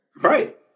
Right